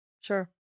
Sure